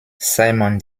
simon